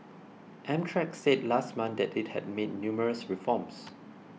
Amtrak said last month that it had made numerous reforms